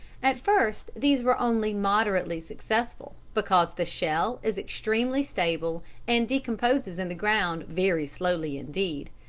at first these were only moderately successful, because the shell is extremely stable and decomposes in the ground very slowly indeed.